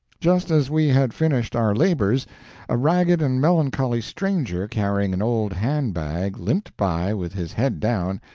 just as we had finished our labors a ragged and melancholy stranger, carrying an old hand-bag, limped by with his head down,